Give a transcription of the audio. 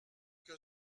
que